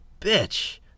bitch